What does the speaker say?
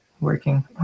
working